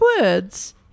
words